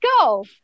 go